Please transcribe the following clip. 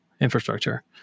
infrastructure